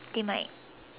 they might